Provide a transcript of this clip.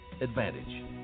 Advantage